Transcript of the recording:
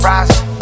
Rising